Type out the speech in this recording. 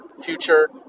future